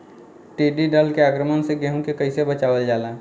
टिडी दल के आक्रमण से गेहूँ के कइसे बचावल जाला?